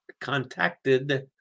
contacted